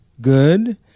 good